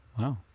wow